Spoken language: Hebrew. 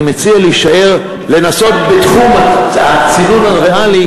אז אני מציע לנסות להישאר בתחום הצינון הריאלי.